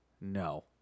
No